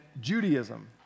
Judaism